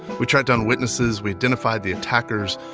we tracked down witnesses. we identified the attackers.